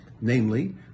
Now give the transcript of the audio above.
namely